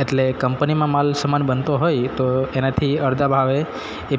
એટલે કંપનીમાં માલ સમાન બનતો હોય તો એનાથી અડધા ભાવે એ